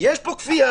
יש פה כפייה.